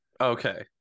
Okay